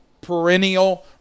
perennial